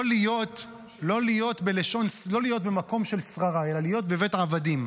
לא להיות במקום של שררה אלא להית בבית עבדים.